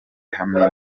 ihamye